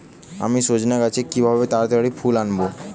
আমি সজনে গাছে কিভাবে তাড়াতাড়ি ফুল আনব?